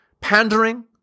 Pandering